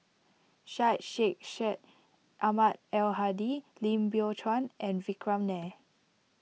Syed Sheikh Syed Ahmad Al Hadi Lim Biow Chuan and Vikram Nair